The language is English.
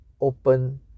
open